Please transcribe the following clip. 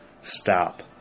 stop